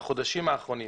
מהחודשים האחרונים,